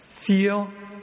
feel